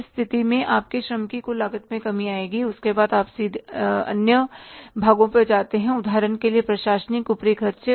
उस स्थिति में आपके श्रम की कुल लागत में कमी आएगी उसके बाद आप नीचे अन्य भागों पर जाते हैं उदाहरण के लिए प्रशासनिक ऊपरी खर्चे